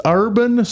urban